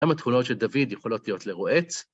גם התכונות של דוד יכולות להיות לרועץ.